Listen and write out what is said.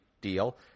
deal